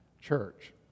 Church